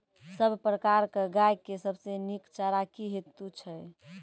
सब प्रकारक गाय के सबसे नीक चारा की हेतु छै?